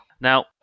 now